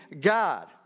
God